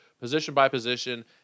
position-by-position